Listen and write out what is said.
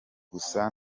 gusa